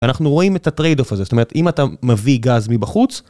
אנחנו רואים את ה-Trade-off הזה, זאת אומרת, אם אתה מביא גז מבחוץ...